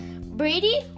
Brady